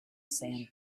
sand